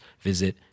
visit